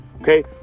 Okay